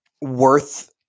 worth